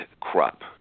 crop